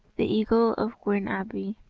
the eagle of gwern abwy.